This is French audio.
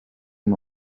son